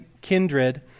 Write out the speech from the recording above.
kindred